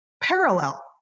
parallel